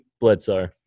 Bledsoe